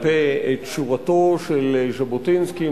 ז'בוטינסקי,